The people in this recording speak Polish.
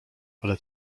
ale